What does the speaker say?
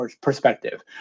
perspective